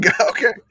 Okay